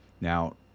Now